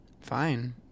Fine